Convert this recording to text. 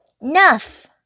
Nuff